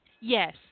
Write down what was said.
yes